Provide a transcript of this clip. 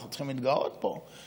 אנחנו צריכים להתגאות בו.